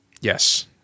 Yes